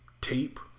tape